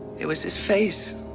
it was his face.